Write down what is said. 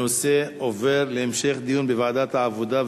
הנושא עובר להמשך דיון בוועדת העבודה,